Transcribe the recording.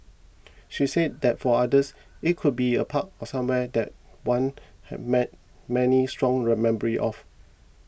she says that for others it could be a park or somewhere that one has mat many strong read memories of